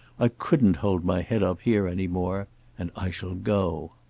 i couldn't hold my head up here any more and i shall go.